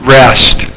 rest